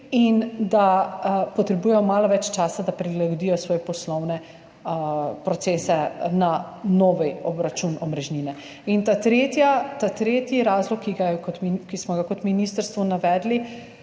in da potrebujejo malo več časa, da prilagodijo svoje poslovne procese na novi obračun omrežnine. In tretji razlog, ki smo ga kot ministrstvo navedli